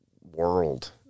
world